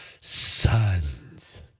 sons